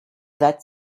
that